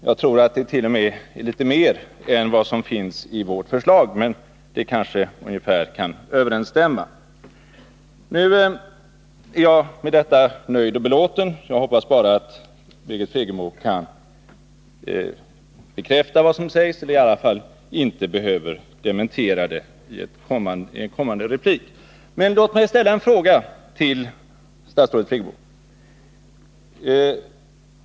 Jag tror att det t.o.m. är litet mer än vad som finns i vårt förslag, men överensstämmelsen är ändå mycket stor. Jag är nöjd och belåten med detta. Jag hoppas bara att Birgit Friggebo kan bekräfta vad som sägs eller i varje fall inte behöver dementera det i en kommande replik. Men låt mig ställa en fråga till statsrådet Friggebo.